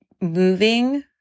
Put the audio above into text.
moving